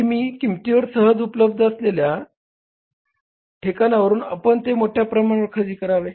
की कमी किंमतीवर सहज उपलब्ध असलेल्या ठिकाणावरून आपण ते मोठ्या प्रमाणावर खरेदी करावे